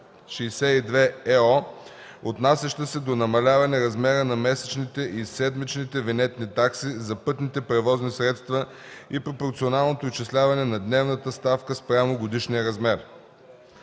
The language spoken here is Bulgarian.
1999/62/ЕО, отнасящи се до намаляване размера на месечните и седмичните винетни такси за пътните превозни средства и пропорционално изчисляване на дневната ставка спрямо годишния размер.